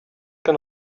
can